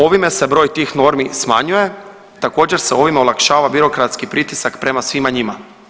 Ovime se broj tih normi smanjuje, također se ovim olakšava birokratski pritisak prema svima njima.